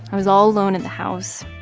i was all alone in the house,